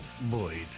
Boyd